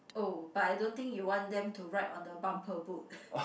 oh but I don't think you want them to ride on the bumper boat